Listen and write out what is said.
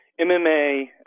MMA